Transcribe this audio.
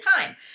time